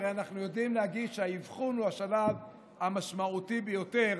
הרי אנחנו יודעים להגיד שהאבחון הוא השלב המשמעותי ביותר